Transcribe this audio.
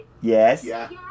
Yes